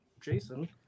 Jason